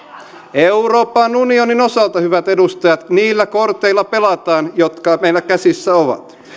euroopan unionin osalta hyvät edustajat niillä korteilla pelataan jotka meillä käsissä ovat